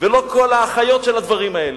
ולא כל האחיות של הדברים האלה,